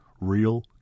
Real